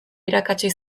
irakatsi